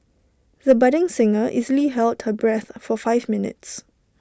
the budding singer easily held her breath for five minutes